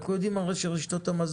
אנחנו הרי יודעים שרשתות המזון